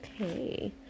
okay